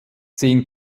zehn